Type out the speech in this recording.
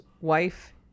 wife